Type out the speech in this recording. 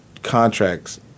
contracts